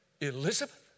elizabeth